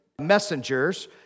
messengers